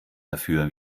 dafür